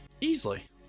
Easily